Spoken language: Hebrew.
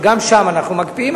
שגם שם אנחנו מקפיאים,